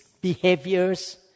behaviors